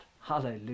Hallelujah